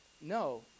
No